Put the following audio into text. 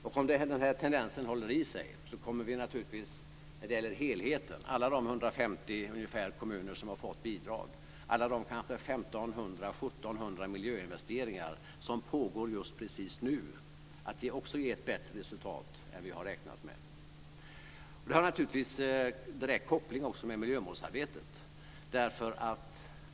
Om den här tendensen håller i sig kommer vi naturligtvis när det gäller helheten - alla de ungefär 150 kommuner som har fått bidrag, alla de 1 500-1 700 miljöinvesteringar som pågår just precis nu - att också få ett bättre resultat än vi har räknat med. Detta har naturligtvis också en direkt koppling till miljömålsarbetet.